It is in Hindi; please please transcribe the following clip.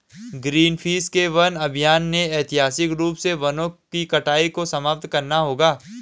ग्रीनपीस के वन अभियान ने ऐतिहासिक रूप से वनों की कटाई को समाप्त करना होगा